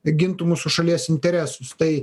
gintų mūsų šalies interesus tai